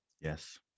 yes